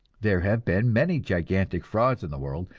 there have been many gigantic frauds in the world,